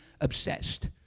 obsessed